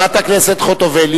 חברת הכנסת חוטובלי,